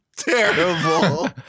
terrible